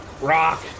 Rock